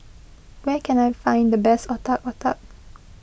where can I find the best Otak Otak